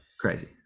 crazy